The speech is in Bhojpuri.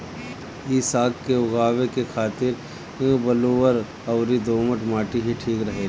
इ साग के उगावे के खातिर बलुअर अउरी दोमट माटी ही ठीक रहेला